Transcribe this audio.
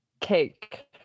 Cake